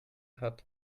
hat